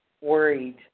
worried